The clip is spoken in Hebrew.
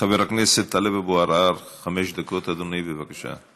חבר הכנסת טאלב אבו עראר, חמש דקות, אדוני, בבקשה.